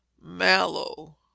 Mallow